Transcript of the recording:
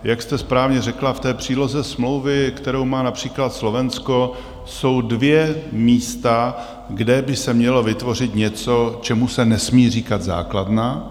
Jak jste správně řekla, v té příloze smlouvy, kterou má například Slovensko, jsou dvě místa, kde by se mělo vytvořit něco, čemu se nesmí říkat základna.